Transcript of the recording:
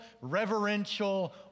reverential